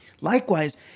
Likewise